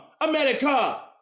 America